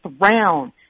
round